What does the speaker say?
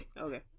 Okay